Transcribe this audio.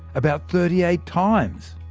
about thirty eight times.